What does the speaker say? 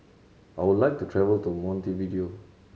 I would like to travel to Montevideo